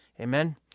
Amen